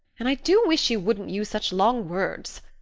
and i do wish you wouldn't use such long words.